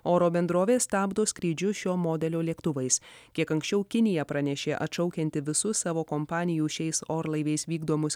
oro bendrovės stabdo skrydžius šio modelio lėktuvais kiek anksčiau kinija pranešė atšaukianti visus savo kompanijų šiais orlaiviais vykdomus